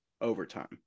overtime